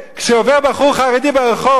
כשעובר בחור חרדי ברחוב,